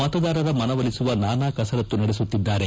ಮತದಾರರ ಮನವೊಲಿಸುವ ನಾನಾ ಕಸರತ್ತು ನಡೆಸುತ್ತಿದ್ದಾರೆ